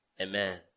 Amen